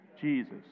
Jesus